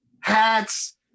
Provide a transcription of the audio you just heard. hats